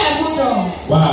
wow